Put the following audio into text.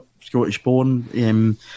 Scottish-born